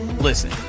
Listen